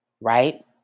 Right